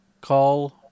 Call